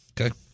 okay